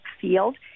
field